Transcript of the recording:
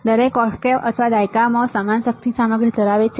દરેક ઓક્ટેવ અથવા દાયકા માં સમાન શક્તિ સામગ્રી ધરાવે છે